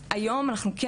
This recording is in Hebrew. היום התייחסות חוקית,